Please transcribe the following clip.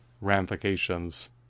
ramifications